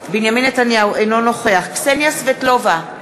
אינו נוכח קסניה סבטלובה,